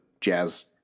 jazz